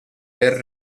per